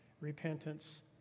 repentance